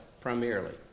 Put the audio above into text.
primarily